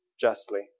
justly